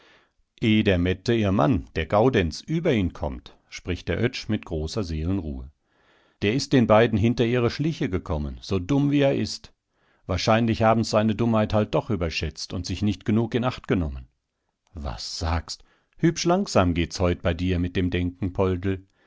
der mette ihr mann der gaudenz über ihn kommt spricht der oetsch mit großer seelenruhe der ist den beiden hinter ihre schliche gekommen so dumm wie er ist wahrscheinlich haben's seine dummheit halt doch überschätzt und sich nicht genug in acht genommen was sagst hübsch langsam geht's heut bei dir mit dem denken poldl